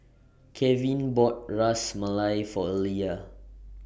Kevin bought Ras Malai For Elia